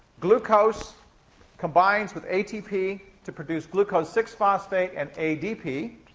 glucose combines with atp to produce glucose six phosphate and adp.